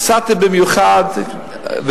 נסעתי במיוחד,